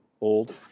old